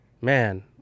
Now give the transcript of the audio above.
man